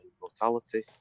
mortality